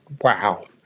wow